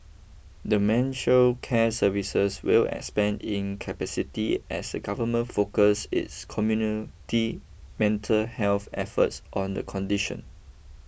dementia care services will expand in capacity as the Government focus its community mental health efforts on the condition